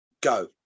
Go